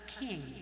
king